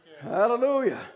Hallelujah